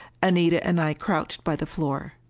anita and i crouched by the floor.